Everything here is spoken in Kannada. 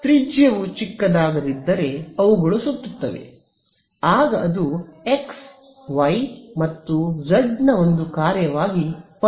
ತ್ರಿಜ್ಯವು ಚಿಕ್ಕದಾಗದಿದ್ದರೆ ಅವುಗಳು ಸುತ್ತುತ್ತವೆ ಆಗ ಅದು x y ಮತ್ತು z ನ ಒಂದು ಕಾರ್ಯವಾಗಿ ಪರಿಣಮಿಸುತ್ತದೆ